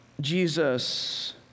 Jesus